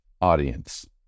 audience